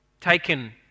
taken